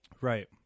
Right